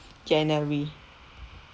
january